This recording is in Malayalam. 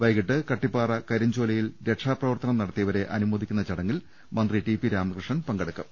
വൈകിട്ട് കട്ടിപ്പാറ കരിഞ്ചോ ലയിൽ രക്ഷാപ്രവർത്തനം നടത്തിയവരെ അനുമോദിക്കുന്ന ചടങ്ങിൽ മന്ത്രി ടി പി രാമകൃഷ്ണൻ പങ്കെടുക്കും